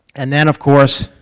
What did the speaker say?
and then, of course,